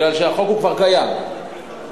כי החוק כבר קיים,